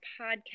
podcast